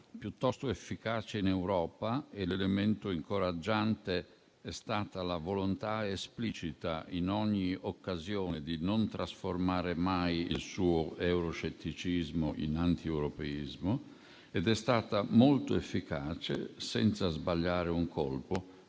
piuttosto efficace in Europa - e l'elemento incoraggiante è stata la volontà esplicita, in ogni occasione, di non trasformare mai il suo euroscetticismo in antieuropeismo - ed è stata molto efficace, senza sbagliare un colpo,